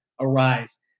arise